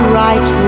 right